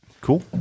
Cool